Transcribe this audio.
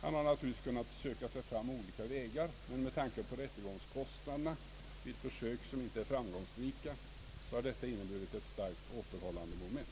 Han har naturligtvis kunnat söka sig fram efter olika vägar, men med tanke på rättegångskostnaderna vid försök som inte är framgångsrika har detta inneburit ett starkt återhållande moment.